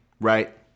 right